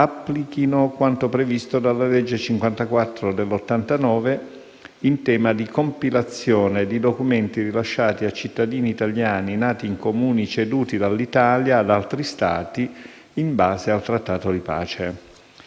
applichino quanto previsto dalla legge n. 54 del 1989 in tema di compilazione di documenti rilasciati a cittadini italiani nati in Comuni ceduti dall'Italia ad altri Stati in base al trattato di pace.